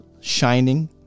shining